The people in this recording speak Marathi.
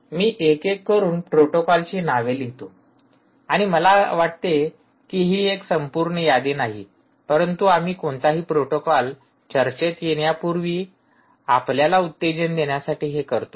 मी एक एक करून प्रोटोकॉलची नावे लिहितो आणि मला वाटते की ही एक संपूर्ण यादी नाही परंतु आम्ही कोणताही प्रोटोकॉल चर्चेत येण्यापूर्वी आपल्याला उत्तेजन देण्यासाठी हे करतो